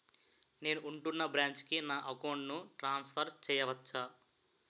నేను ఉంటున్న బ్రాంచికి నా అకౌంట్ ను ట్రాన్సఫర్ చేయవచ్చా?